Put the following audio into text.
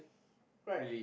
right